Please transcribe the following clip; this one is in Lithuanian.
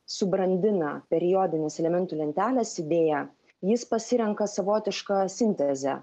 subrandina periodinės elementų lentelės idėją jis pasirenka savotišką sintezę